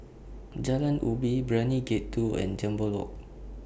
Jalan Ubi Brani Gate two and Jambol Walk